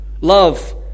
Love